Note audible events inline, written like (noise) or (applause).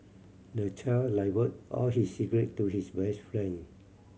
the child (unintelligible) all his secret to his best friend